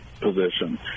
position